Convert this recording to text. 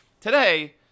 today